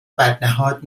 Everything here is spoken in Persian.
بدنهاد